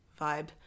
vibe